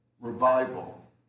Revival